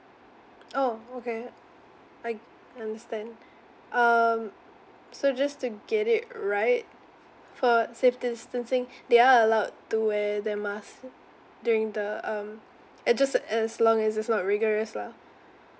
oh okay I understand um so just to get it right for safety distancing they are allowed to wear their mask during the um it just as long as it's not vigorous lah